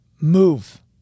move